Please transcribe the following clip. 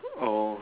oh